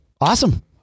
Awesome